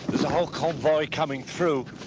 there's a whole convoy coming through.